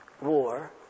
war